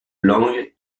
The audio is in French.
langue